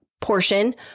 portion